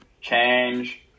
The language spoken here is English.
change